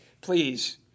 please